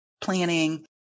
planning